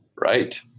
Right